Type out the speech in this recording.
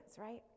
right